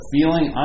Feeling